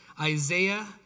Isaiah